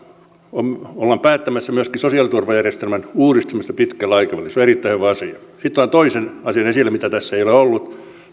ollaan päättämässä myöskin sosiaaliturvajärjestelmän uudistamisesta pitkällä aikavälillä se on erittäin hyvä asia sitten otan toisen asian esille mitä tässä ei ole ollut